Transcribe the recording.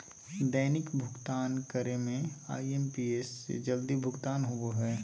दैनिक भुक्तान करे में आई.एम.पी.एस से जल्दी भुगतान होबो हइ